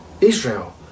Israel